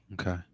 Okay